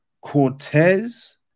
Cortez